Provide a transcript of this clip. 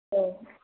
औ